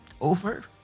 Over